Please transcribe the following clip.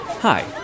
Hi